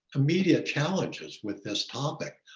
immediate challenges with this topic.